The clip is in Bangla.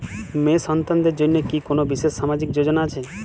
মেয়ে সন্তানদের জন্য কি কোন বিশেষ সামাজিক যোজনা আছে?